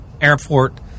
Airport